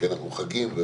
לנציגי הממשלה,